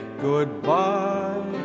goodbye